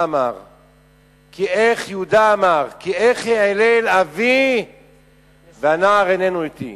כי איך יהודה אמר: "כי איך אעלה אל אבי והנער איננו אתי